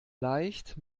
leicht